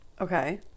Okay